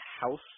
house